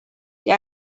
que